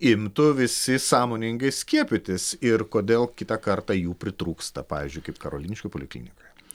imtų visi sąmoningai skiepytis ir kodėl kitą kartą jų pritrūksta pavyzdžiui kaip karoliniškių poliklinikoje